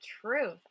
truth